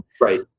Right